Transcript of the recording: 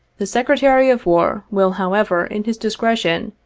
the secretary of war will, however, in his discretion,